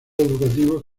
educativos